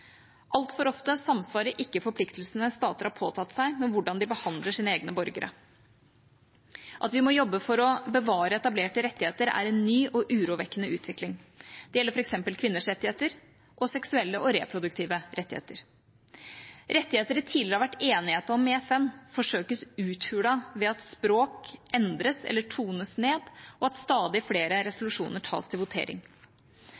Altfor ofte samsvarer ikke forpliktelsene stater har påtatt seg, med hvordan de behandler sine egne borgere. At vi må jobbe for å bevare etablerte rettigheter, er en ny og urovekkende utvikling. Det gjelder f.eks. kvinners rettigheter og seksuelle og reproduktive rettigheter. Rettigheter det tidligere har vært enighet om i FN, forsøkes uthulet ved at språk endres eller tones ned, og ved at stadig flere